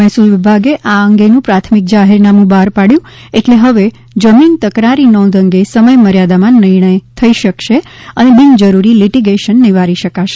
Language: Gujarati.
મહેસૂલ વિભાગે આ અંગેનું પ્રાથમિક જાહેરનામું બહાર પાડયું એટલે હવે જમીન તકરારી નોંધ અંગે સમયમર્યાદામાં નિર્ણય થઇ શકશે અને બિનજરૂરી લીટીગેશન નિવારી શકાશે